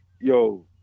Yo